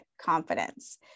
confidence